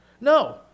No